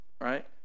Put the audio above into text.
right